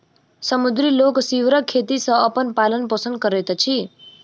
समुद्री लोक सीवरक खेती सॅ अपन पालन पोषण करैत अछि